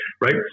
Right